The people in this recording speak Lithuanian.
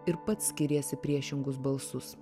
ir pats skiries į priešingus balsus